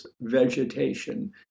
vegetation